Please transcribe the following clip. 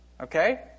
Okay